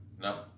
No